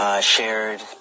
Shared